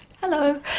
Hello